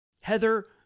Heather